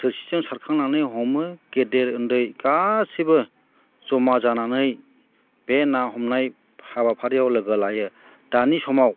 थोरसिजों सारखांनानै हमो गेदेर उन्दै गासिबो जमा जानाय बे ना हमनाय हाबाफारियाव लोगो लायो दानि समाव